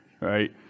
right